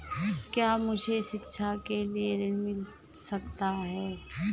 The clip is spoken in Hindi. क्या मुझे शिक्षा के लिए ऋण मिल सकता है?